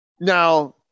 Now